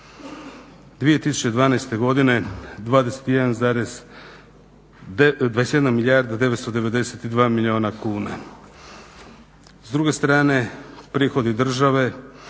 2012. godine 21 milijarda i